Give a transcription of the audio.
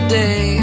day